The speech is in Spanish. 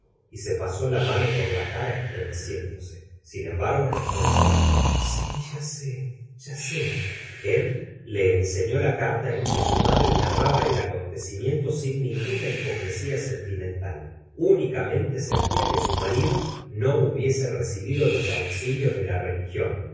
y se pasó la mano por la cara estremeciéndose sin embargo respondió sí ya sé ya sé el le enseñó la carta en que su madre narrab a el acontecimiento siri ninguna hipocresía sentimental únicamente sentía que su marido no hubiese recibido los auxilios de la religión